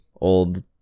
old